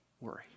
worry